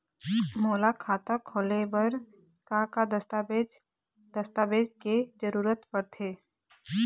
मोला खाता खोले बर का का दस्तावेज दस्तावेज के जरूरत पढ़ते?